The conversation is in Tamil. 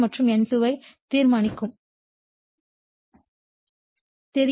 N1 மற்றும் N2 ஐ தீர்மானிக்கவும்